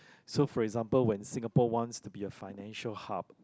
so for example when Singapore wants to be a financial hub